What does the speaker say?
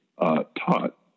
taught